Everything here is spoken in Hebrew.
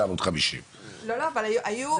אבל למה דווקא התוכנית הזאת?